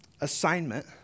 assignment